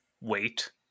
wait